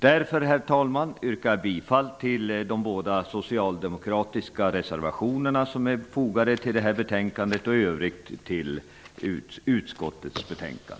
Därför, herr talman, yrkar jag bifall till de båda socialdemokratiska reservationer som är fogade till detta betänkande och i övrigt till utskottets hemställan.